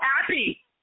happy